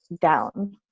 down